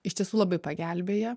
iš tiesų labai pagelbėja